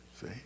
See